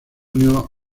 unió